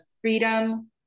freedom